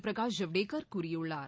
பிரகாஷ் ஜவ்டேகர் கூறியுள்ளார்